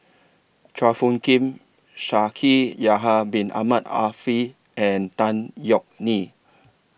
Chua Phung Kim Shaikh Yahya Bin Ahmed Afifi and Tan Yeok Nee